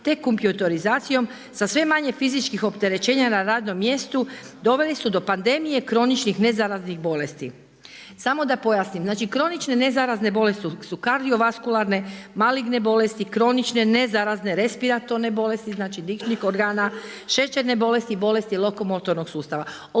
te kompjutorizacijom sa sve manje fizičkih opterećenja na radnom mjestu, doveli su do pandemije kroničnih nezaraznih bolesti. Samo da pojasnim, znači kronične nezarazne bolesti su kardiovaskularne, maligne bolesti, kronične nezarazne respiratorne bolesti, znači dišnih organa, šećerne bolesti, bolesti lokomotornog sustava.